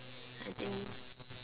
I think